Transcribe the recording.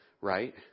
right